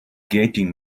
getting